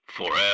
FOREVER